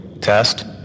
Test